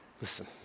Listen